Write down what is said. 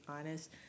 honest